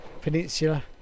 Peninsula